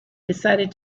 decided